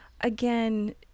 again